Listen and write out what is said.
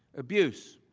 abuse,